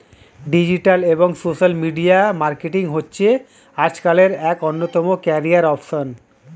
digital এবং social media marketing হচ্ছে আজকালের এক অন্যতম ক্যারিয়ার অপসন